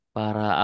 para